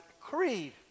creed